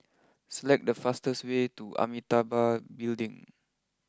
select the fastest way to Amitabha Building